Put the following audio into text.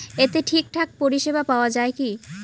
এতে ঠিকঠাক পরিষেবা পাওয়া য়ায় কি?